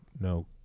no